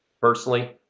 personally